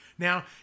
Now